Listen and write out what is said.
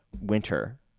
winter